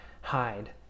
hide